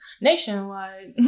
Nationwide